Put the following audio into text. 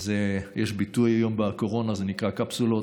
יש ביטוי היום בקורונה, זה נקרא "קפסולות".